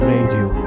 Radio